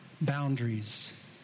boundaries